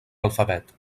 alfabet